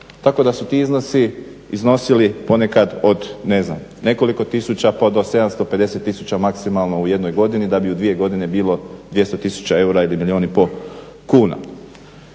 Tako da su ti iznosi iznosili ponekad od ne znam nekoliko tisuća pa do 750 tisuća maksimalno u jednoj godini da bi u dvije godine bilo 200 tisuća eura ili milijun i pol kuna.